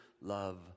love